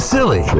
Silly